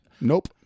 Nope